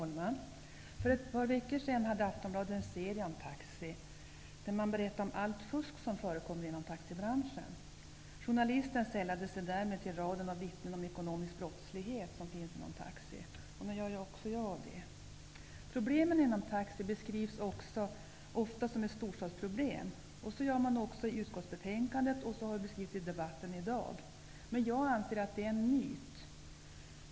Herr talman! För ett par veckor sedan hade Aftonbladet en serie om taxi, där man berättade om allt fusk som förekommer inom taxibranschen. Journalisten sällade sig därmed till raden av dem som vittnat om den ekonomisk brottslighet som förekommer inom taxi, och nu gör också jag det. Problemen inom taxinäringen beskrivs ofta som storstadsproblem. Det gör man i utskottsbetänkandet, och det har man gjort i debatten i dag. Men jag anser att det är en myt.